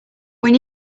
when